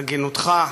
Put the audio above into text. הגינותך,